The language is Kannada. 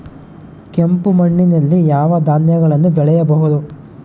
ಕೆಂಪು ಮಣ್ಣಲ್ಲಿ ಯಾವ ಧಾನ್ಯಗಳನ್ನು ಬೆಳೆಯಬಹುದು?